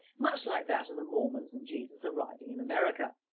much like that of the mormons and jesus arriving in america.